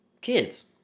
kids